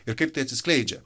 ir kaip tai atsiskleidžia